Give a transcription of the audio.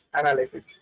analysis